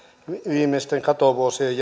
viimeisten katovuosien